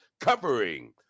covering